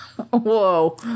Whoa